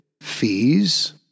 fees